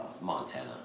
Montana